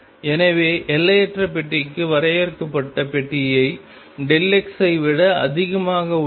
எனவே எல்லையற்ற பெட்டிக்கு வரையறுக்கப்பட்ட பெட்டியை x ஐ விட அதிகமாக உள்ளது